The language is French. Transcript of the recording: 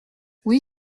oui